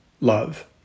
love